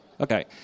Okay